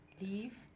leave